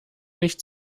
nicht